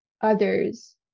others